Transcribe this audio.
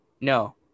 No